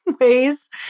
ways